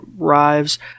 arrives